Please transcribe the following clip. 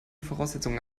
voraussetzungen